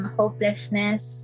hopelessness